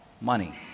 money